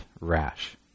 rash